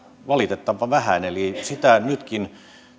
valitettavan vähän eli sitä nytkin